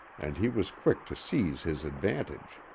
and he was quick to seize his advantage.